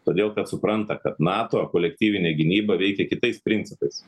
todėl kad supranta kad nato kolektyvinė gynyba veikia kitais principais